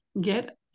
get